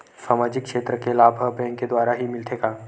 सामाजिक क्षेत्र के लाभ हा बैंक के द्वारा ही मिलथे का?